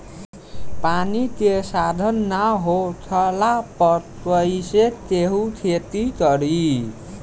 पानी के साधन ना होखला पर कईसे केहू खेती करी